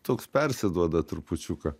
toks persiduoda trupučiuką